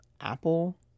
Apple